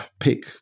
pick